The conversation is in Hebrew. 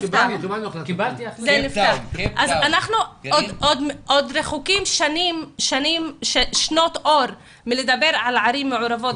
אנחנו עוד רחוקים שנות אור מלדבר על ערים מעורבות,